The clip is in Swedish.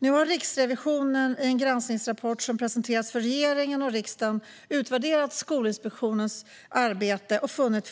Nu har Riksrevisionen i en granskningsrapport som presenterats för regeringen och riksdagen utvärderat Skolinspektionens arbete och funnit